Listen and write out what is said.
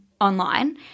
online